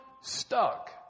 stuck